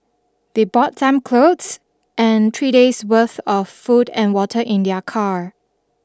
they brought some clothes and three days' worth of food and water in their car